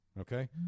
Okay